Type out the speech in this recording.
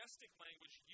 language